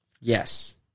Yes